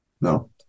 no